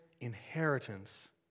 inheritance